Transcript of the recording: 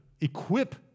equip